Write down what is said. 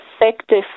effective